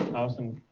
awesome.